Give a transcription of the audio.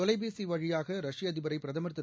தொலைபேசி வழியாக ரஷ்ய அதிபரை பிரதமர் திரு